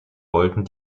wollten